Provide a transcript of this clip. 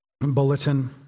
bulletin